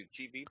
TV